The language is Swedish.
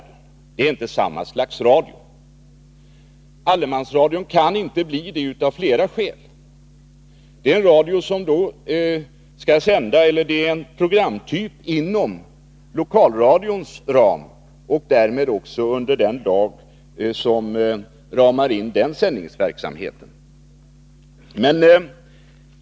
Det är inte samma slags radio. Allemansradion är en programtyp inom lokalradions ram och faller därmed under den lag som reglerar lokalradions sändningsverksamhet.